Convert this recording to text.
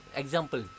example